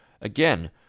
again